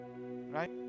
Right